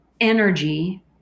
energy